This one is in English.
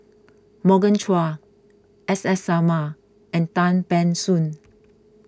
Morgan Chua S S Sarma and Tan Ban Soon